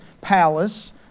palace